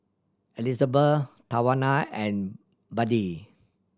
Elisabeth Tawanna and Buddie